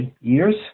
years